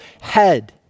head